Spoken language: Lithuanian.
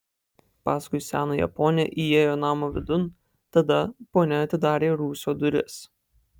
paskui senąją ponią įėjo namo vidun tada ponia atidarė rūsio duris